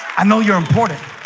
i? know you're important